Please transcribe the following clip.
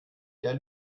der